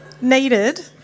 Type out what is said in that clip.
Needed